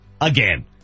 again